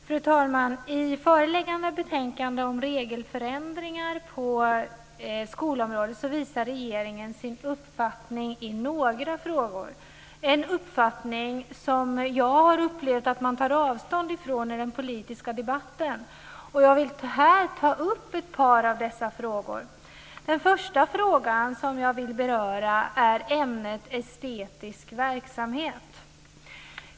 Fru talman! I föreliggande betänkande om regelförändringar på skolområdet visar regeringen sin uppfattning i några frågor, en uppfattning som jag har upplevt att man tar avstånd från i den politiska debatten. Jag vill här ta upp ett par av dessa frågor. Den första frågan som jag vill beröra är ämnet estetisk verksamhet.